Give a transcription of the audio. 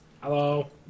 Hello